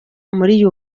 muri